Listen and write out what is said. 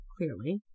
clearly